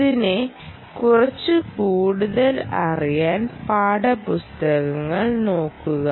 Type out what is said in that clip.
ഇതിനെ കുറിച്ച് കൂടുതൽ അറിയാൻ പാഠപുസ്തകങ്ങൾ നോക്കുക